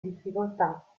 difficoltà